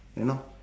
you know